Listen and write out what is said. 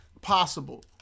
possible